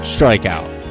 Strikeout